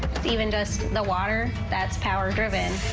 even just the water, that's power driven.